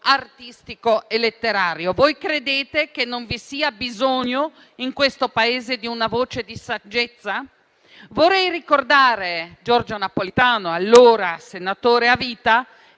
artistico e letterario. Voi credete che non vi sia bisogno in questo Paese di una voce di saggezza? Vorrei ricordare Giorgio Napolitano, allora senatore a vita,